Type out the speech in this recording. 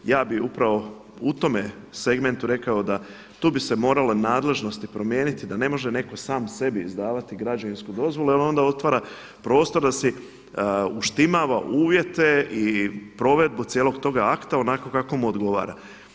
Ja bih upravo u tome segmentu rekao da tu bi se morale nadležnosti promijeniti, da ne može netko sam sebi izdavati građevinsku dozvolu, jer onda otvara prostor da si uštimava uvjete i provedbu cijelog toga akta onako kako mu odgovara.